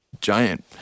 giant